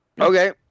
Okay